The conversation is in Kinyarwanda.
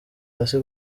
hasi